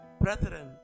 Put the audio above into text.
brethren